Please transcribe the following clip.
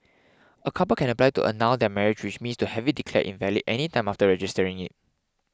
a couple can apply to annul their marriage which means to have it declared invalid any time after registering it